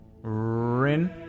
Rin